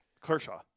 Kershaw